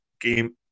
game